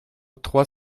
trois